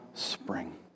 spring